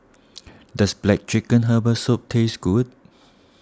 does Black Chicken Herbal Soup taste good